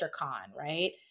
right